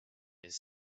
his